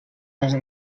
les